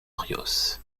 ríos